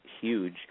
huge